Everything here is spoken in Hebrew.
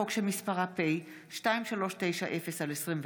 חוק פ/2390/24: